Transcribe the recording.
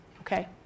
Okay